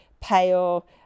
pale